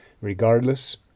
Regardless